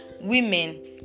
women